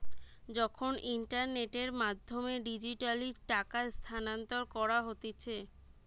যখন ইন্টারনেটের মাধ্যমে ডিজিটালি টাকা স্থানান্তর করা হতিছে